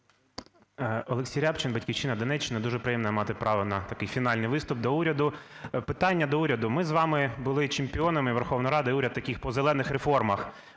Олексій Рябчин, "Батьківщина", Донеччина. Дуже приємно мати право на такий фінальний виступ до уряду. Питання до уряду. Ми з вами були чемпіонами, Верховна Рада і уряд, по "зелених" реформах.